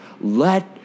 let